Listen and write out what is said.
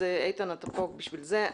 איתן, אתה פה בשביל זה.